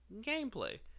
gameplay